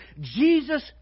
Jesus